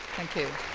thank you.